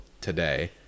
today